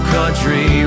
country